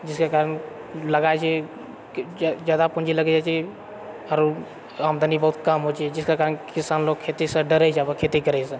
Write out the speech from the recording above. जिसके कारण लागैत छै जादा पूँजी लगैत छै आरो आमदनी बहुत कम होइत छै जिसका कारण किसान लोग खेतीसँ डरैत छै आब खेती करैसँ